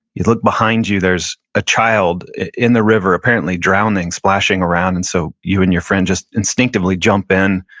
you look behind you, there's a child in the river apparently drowning, splashing around, and so you and your friend just instinctively jump in,